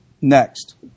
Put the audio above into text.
Next